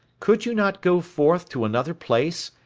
could you not go forth to another place,